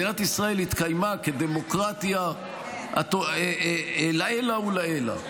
מדינת ישראל התקיימה כדמוקרטיה לעילא ולעילא,